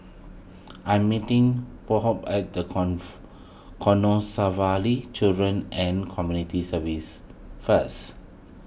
I am meeting Pheobe at Canossaville Children and Community Services first